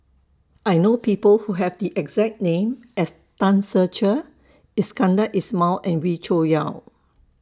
I know People Who Have The exact name as Tan Ser Cher Iskandar Ismail and Wee Cho Yaw